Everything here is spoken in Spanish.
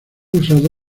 usado